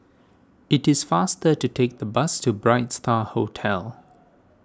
it is faster to take the bus to Bright Star Hotel